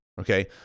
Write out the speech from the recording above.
Okay